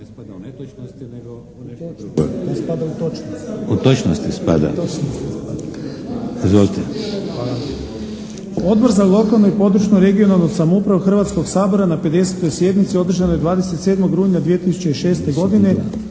U točnosti spada. Izvolite.